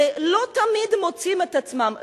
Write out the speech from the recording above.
ולא תמיד מוצאים את עצמם,